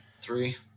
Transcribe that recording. three